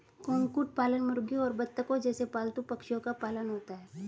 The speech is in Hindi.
कुक्कुट पालन मुर्गियों और बत्तखों जैसे पालतू पक्षियों का पालन होता है